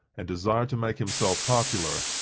and desire to make himself popular,